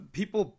people